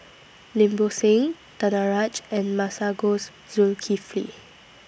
Lim Bo Seng Danaraj and Masagos Zulkifli